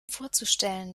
vorzustellen